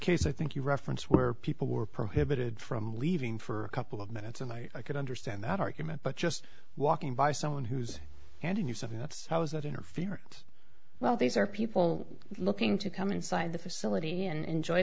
case i think you referenced where people were prohibited from leaving for a couple of minutes and i could understand that argument but just walking by someone who's handing you something that's how is that interfere well these are people looking to come inside the facility and enjoy